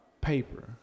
paper